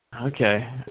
Okay